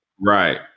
Right